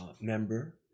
member